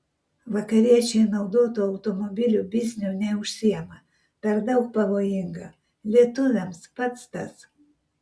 vakariečiai naudotų automobilių bizniu neužsiima per daug pavojinga lietuviams pats tas